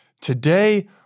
today